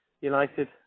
United